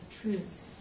truth